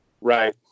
Right